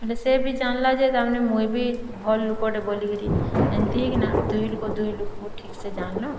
ହେଲେ ସେ ବି ଜାଣିଲା ଯେ ତା ମାନେ ମୁଇଁ ବି ଭଲ୍ ଲୁକଟେ ବୋଲିକିରି ଏନ୍ତି ହୋଇକିନା ଦୁହି ଲୋକ ଦୁହି ଲୋକ ଠିକ୍ସେ ଜାଣିଲୁ